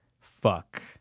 Fuck